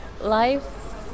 life